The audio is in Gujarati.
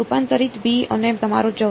રૂપાંતરિત b અને તમારો જવાબ